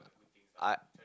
I